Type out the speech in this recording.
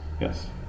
Yes